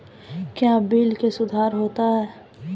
क्या बिल मे सुधार होता हैं?